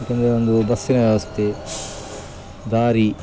ಏಕೆಂದರೆ ಒಂದು ಬಸ್ಸಿನ ವ್ಯವಸ್ಥೆ ದಾರಿ